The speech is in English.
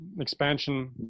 expansion